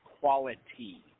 quality